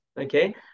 Okay